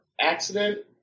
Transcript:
accident